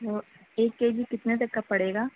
تو ایک K G کتنے تک کا پڑے گا